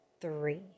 three